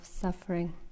suffering